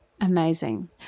Amazing